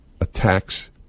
attacks